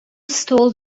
stole